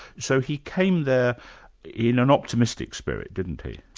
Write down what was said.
so he came there in an optimistic spirit, didn't he?